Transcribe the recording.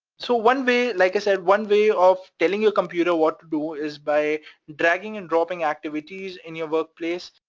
so, one way, like i said, one way of telling your computer what to do is by dragging and dropping activities in your workplace,